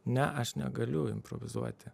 ne aš negaliu improvizuoti